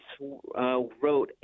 wrote